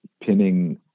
pinning